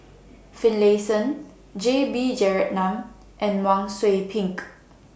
Finlayson J B Jeyaretnam and Wang Sui Pick